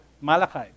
Malachi